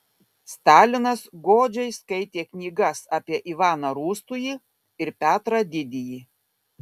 stalinas godžiai skaitė knygas apie ivaną rūstųjį ir petrą didįjį